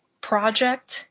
project